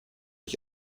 ich